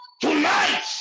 tonight